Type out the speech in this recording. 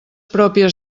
pròpies